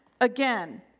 again